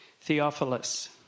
Theophilus